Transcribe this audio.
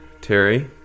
Terry